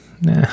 Nah